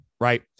right